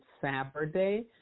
Saturday